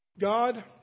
God